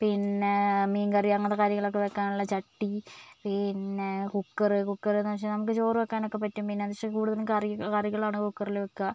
പിന്നെ മീൻ കറി അങ്ങനത്തെ കാര്യങ്ങളൊക്കെ വെക്കാനുള്ള ചട്ടി പിന്നെ കുക്കറ് കുക്കറെന്ന് വെച്ചാൽ നമുക്ക് ചോറ് വെക്കാനൊക്കെ പറ്റും പിന്നെ എന്താച്ചാ കൂടുതലും കറി കറികളാണ് കുക്കറില് വെക്കുക